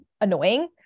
annoying